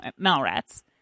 Malrats